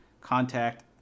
contact